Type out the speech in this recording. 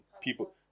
people